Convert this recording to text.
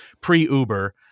pre-Uber